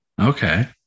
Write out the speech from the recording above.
Okay